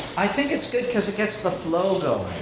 i think it's good, cause it gets the flow going.